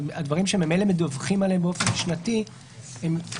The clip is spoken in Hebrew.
הדברים שממילא מדווחים עליהם באופן שנתי רלוונטיים